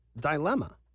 dilemma